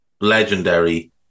legendary